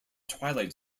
twilight